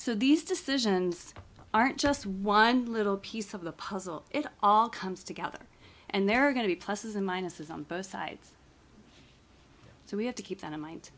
so these decisions aren't just one little piece of the puzzle it all comes together and there are going to be pluses and minuses on both sides so we have to keep that in mind